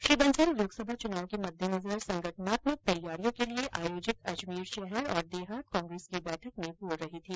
श्री बंसल लोकसभा च्नाव के मद्देनजर संगठनात्मक तैयारियों के लिये आयोजित अजमेर शहर और देहात कांग्रेस की बैठक में बोल रहे थे